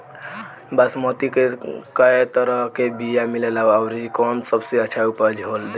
बासमती के कै तरह के बीया मिलेला आउर कौन सबसे अच्छा उपज देवेला?